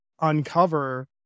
uncover